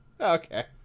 Okay